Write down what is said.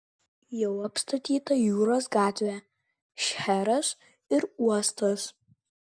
jau apstatyta jūros gatvė šcheras ir uostas